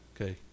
Okay